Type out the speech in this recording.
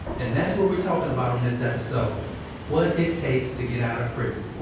and that's what we're talking about on this episode what it takes to get out of prison.